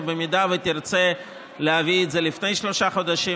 ואם תרצה להביא את זה לפני שלושה חודשים,